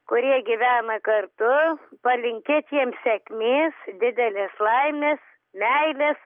kurie gyvena kartu palinkėt jiem sėkmės didelės laimės meilės